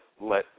let